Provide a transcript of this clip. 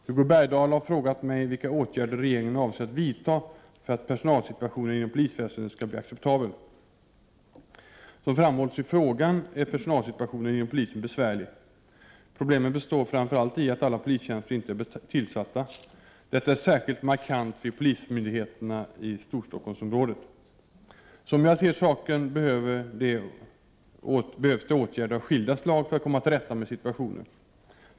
Fru talman! Hugo Bergdahl har frågat mig vilka åtgärder regeringen avser att vidta för att personalsituationen inom polisväsendet skall bli acceptabel. Som framhålls i frågan är personalsituationen inom polisen besvärlig. Problemen består framför allt i att alla polistjänster inte är tillsatta. Detta är särskilt markant vid polismyndigheterna i Storstockholmsområdet. Som jag ser saken behövs det åtgärder av skilda slag för att komma till rätta med situationen.